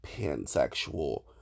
pansexual